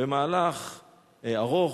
במהלך ארוך,